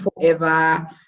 forever